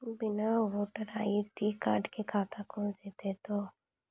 बिना voter ID card के खाता खुल जैते तो?